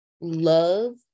love